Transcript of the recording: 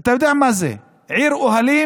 אתה יודע מה זה, עיר אוהלים